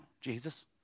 Jesus